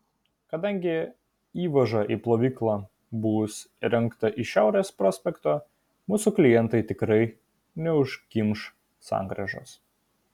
kadangi įvaža į plovyklą bus įrengta iš šiaurės prospekto mūsų klientai tikrai neužkimš sankryžos